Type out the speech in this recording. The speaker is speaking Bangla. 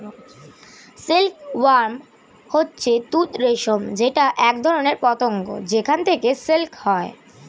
সিল্ক ওয়ার্ম হচ্ছে তুত রেশম যেটা একধরনের পতঙ্গ যেখান থেকে সিল্ক হয়